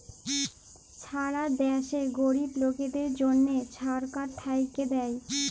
ছারা দ্যাশে গরিব লকদের জ্যনহ ছরকার থ্যাইকে দ্যায়